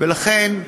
ולכן,